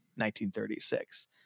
1936